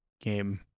game